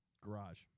Garage